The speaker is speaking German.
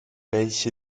welche